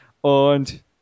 Und